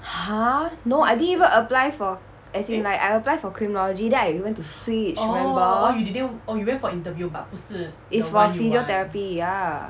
!huh! no I didn't even apply for as in like I apply for criminology then I went to switch remember is for physiotherapy ya